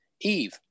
Eve